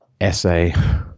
essay